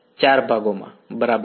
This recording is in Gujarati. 4 ભાગોમાં બરાબર